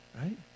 right